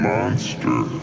Monster